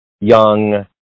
young